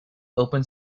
open